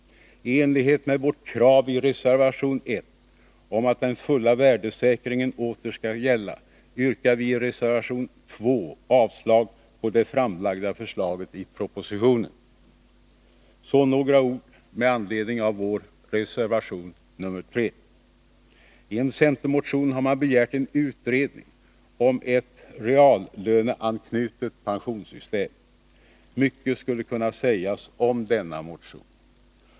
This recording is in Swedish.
Tenlighet med vårt krav i reservation 1 om att den fulla värdesäkringen åter skall gälla, yrkar vi i reservation 2 avslag på det framlagda förslaget i propositionen. Så några ord med anledning av vår reservation nr 3. I en centermotion har man begärt en utredning om ett reallöneanknutet pensionssystem. Mycket skulle kunna sägas om denna motion.